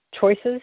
choices